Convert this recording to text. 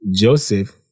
Joseph